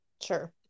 Sure